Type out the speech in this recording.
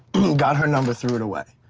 got her number, threw it away.